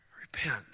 repent